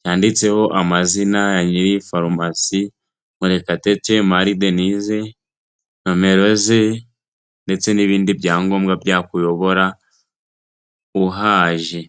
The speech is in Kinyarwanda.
cyanditseho amazina ya nyiri iyi farumasi MUREKATETE Marie Denise, nomero ze ndetse n'ibindi byangombwa byakuyobora uhaje.